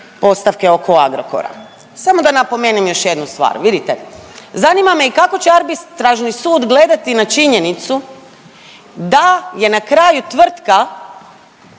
postavke oko Agrokora. Samo da napomenem još jednu stvar, vidite, zanima me i kako će arbitražni sud gledati na činjenicu da je na kraju tvrtka